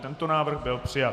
Tento návrh byl přijat.